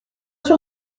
sûr